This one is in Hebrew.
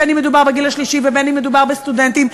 בין אם מדובר בגיל השלישי ובין אם מדובר בסטודנטים,